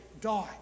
die